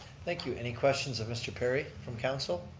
thank you. any questions of mr. perry from council?